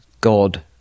God